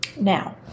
Now